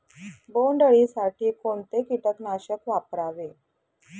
बोंडअळी साठी कोणते किटकनाशक वापरावे?